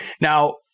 Now